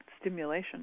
stimulation